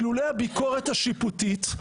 אילולא הביקורת השיפוטית,